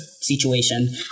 Situation